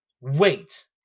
wait